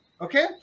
okay